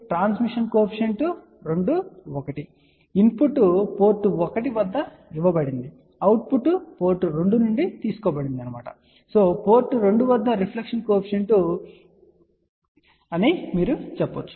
transmission coefficient 2 1 అంటే input port 1 వద్ద ఇవ్వబడుతుంది అవుట్ పుట్ పోర్ట్ 2 నుండి తీసుకోబడుతుంది మరియు ఇది పోర్ట్ 2 వద్ద రిఫ్లెక్షన్ కోఎఫిషియంట్ అని మీరు చెప్పవచ్చు